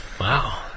Wow